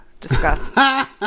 Discuss